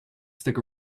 stick